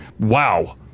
wow